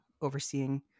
overseeing